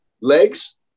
legs